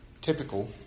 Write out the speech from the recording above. typical